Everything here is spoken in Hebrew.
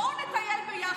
בואו נטייל ביחד לשדה מוקשים,